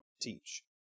teach